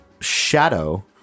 Shadow